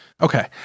Okay